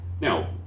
Now